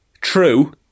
True